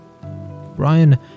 Brian